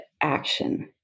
action